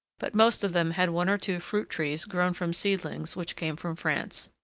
but most of them had one or two fruit-trees grown from seedlings which came from france.